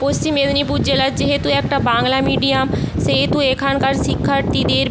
পশ্চিম মেদিনীপুর জেলার যেহেতু একটা বাংলা মিডিয়াম সেহেতু এখানকার শিক্ষার্থীদের